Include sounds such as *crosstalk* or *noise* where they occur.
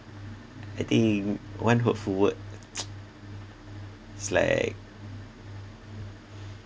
I think one hurtful word *noise* it's like